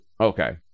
Okay